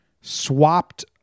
swapped